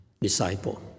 disciple